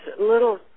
little